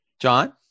John